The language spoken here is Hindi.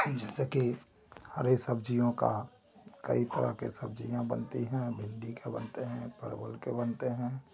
जैसे की हरे सब्ज़ियों का कई तरह के सब्ज़ियाँ बनती हैं भिंडी के बनते हैं परवल के बनते हैं